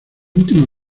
última